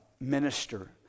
minister